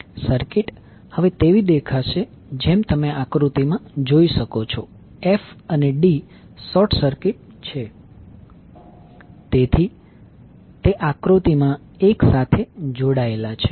circuit હવે તેવી દેખાશે જેમ તમે આકૃતિ માં જોઈ શકો છો f અને d શોર્ટ સર્કિટ છે તેથી તે આકૃતિમાં એક સાથે જોડાયેલા છે